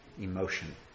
emotion